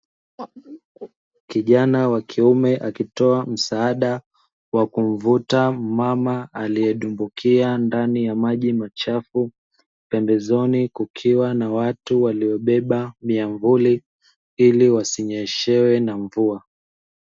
Kijana wa kiume akitoa msaada kwa kumvuta mmama aliyedumbukia kwenye maji machafu, pembezoni kukiwa na watu waliobeba miamvuli ili wasinyeshewe mvua.